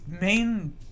main